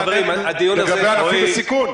חברים, הדיון הזה --- לגבי אנשים בסיכון.